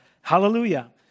Hallelujah